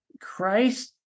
Christ